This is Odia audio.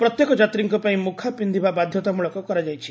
ପ୍ରତ୍ୟେକ ଯାତ୍ରୀଙ୍କ ପାଇଁ ମୁଖା ପିନ୍ଧିବା ବାଧ୍ୟତାମଳକ କରାଯାଇଛି